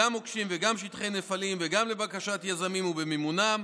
שדות מוקשים לפנות גם שטחי נפלים לבקשת יזמים ובמימונם.